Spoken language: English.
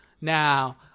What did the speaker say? Now